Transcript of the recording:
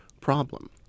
problem